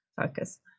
focus